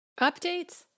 Updates